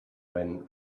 when